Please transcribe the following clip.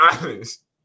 honest